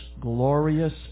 glorious